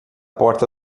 porta